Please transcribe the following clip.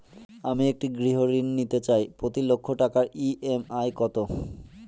আমি একটি গৃহঋণ নিতে চাই প্রতি লক্ষ টাকার ই.এম.আই কত?